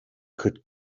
could